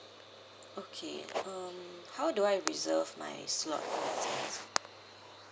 okay um how do I reserve my slot for all times